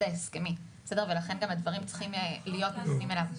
ההסכמי ולכן הדברים צריכים להיות מכוונים אליו.